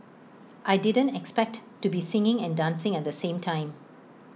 I didn't expect to be singing and dancing at the same time